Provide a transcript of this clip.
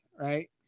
right